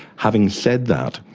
having said that,